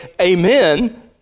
Amen